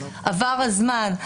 עבר הזמן.